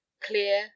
clear